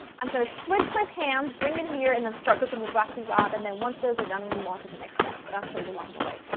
i'm going to switch my pans, bring it here and then start cooking the broccoli rabe and once those are done we move onto the next step, but i'll show you along the way,